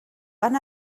van